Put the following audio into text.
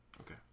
Okay